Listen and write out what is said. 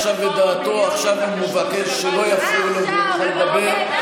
עכשיו בתום ההפרעות,